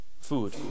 Food